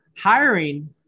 hiring